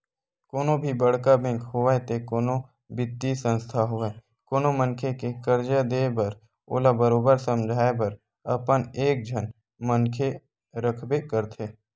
कोनो भी बड़का बेंक होवय ते कोनो बित्तीय संस्था होवय कोनो मनखे के करजा देय बर ओला बरोबर समझाए बर अपन एक झन मनखे रखबे करथे